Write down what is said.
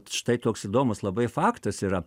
štai toks įdomus labai faktas yra